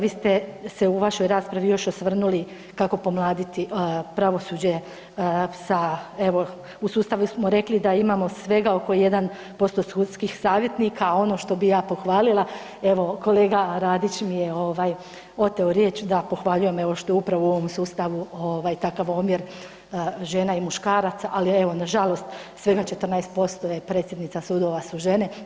Vi ste se u vašoj raspravi još osvrnuli kako pomladiti pravosuđe sa evo, u sustavu smo rekli da imamo svega oko 1% sudskih savjetnika, a ono što bi ja pohvalila evo kolega Radić mi je oteo riječ, da pohvaljujem eto što je upravo u ovom sustavu ovaj takav omjer žena i muškaraca, ali evo nažalost svega 14% predsjednica sudova su žene.